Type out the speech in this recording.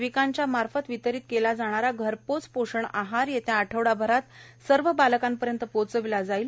अंगणवाडी सेविकांच्यामार्फत वितरीत केला जाणारा घरपोच पोषण आहार येत्या आठवडाभरात सर्व बालकापर्यंत पोहोचविला जाईल